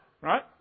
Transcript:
right